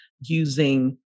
using